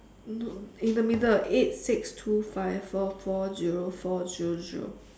no in the middle eight six two five four four zero four zero zero